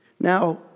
Now